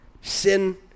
Sin